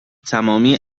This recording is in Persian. تمامی